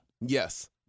yes